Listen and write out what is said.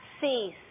cease